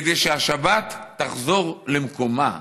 כדי שהשבת תחזור למקומה.